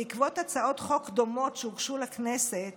בעקבות הצעות חוק דומות שהוגשו לכנסת,